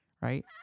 right